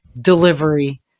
delivery